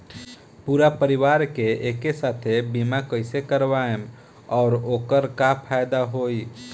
पूरा परिवार के एके साथे बीमा कईसे करवाएम और ओकर का फायदा होई?